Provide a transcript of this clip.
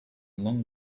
long